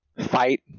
fight